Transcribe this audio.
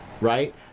right